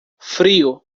frio